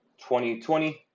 2020